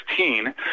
2016